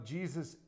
Jesus